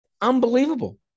Unbelievable